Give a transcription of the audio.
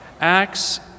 acts